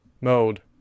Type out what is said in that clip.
mode